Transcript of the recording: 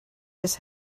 his